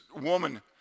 woman